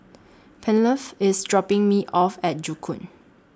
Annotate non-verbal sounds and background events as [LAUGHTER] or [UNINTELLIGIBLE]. [UNINTELLIGIBLE] IS dropping Me off At Joo Koon